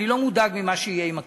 אני לא מודאג ממה שיהיה עם הקרן.